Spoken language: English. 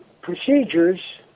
procedures